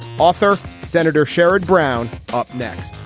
author senator sherrod brown. up next